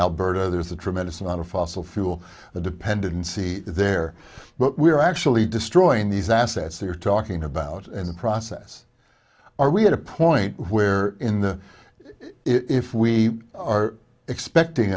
alberta there's a tremendous amount of fossil fuel the dependency there but we're actually destroying these assets you're talking about in the process are we at a point where in the if we are expecting